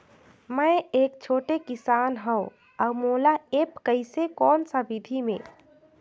मै एक छोटे किसान हव अउ मोला एप्प कइसे कोन सा विधी मे?